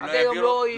עד היום לא איימו עליי.